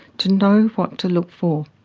to know what to look for,